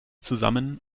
zusammen